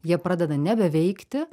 jie pradeda nebeveikti